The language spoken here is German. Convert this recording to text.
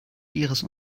ihres